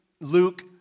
Luke